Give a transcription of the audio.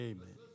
Amen